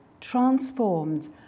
transformed